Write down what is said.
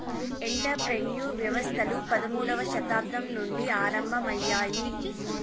enter ప్రెన్యూర్ వ్యవస్థలు పదమూడవ శతాబ్దం నుండి ఆరంభమయ్యాయి